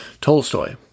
Tolstoy